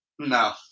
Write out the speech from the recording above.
No